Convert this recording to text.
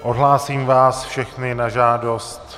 Odhlásím vás všechny na žádost.